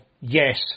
Yes